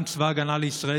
גם צבא ההגנה לישראל,